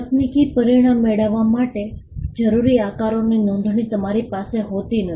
તકનીકી પરિણામ મેળવવા માટે જરૂરી આકારોની નોંધણી તમારી પાસે હોતી નથી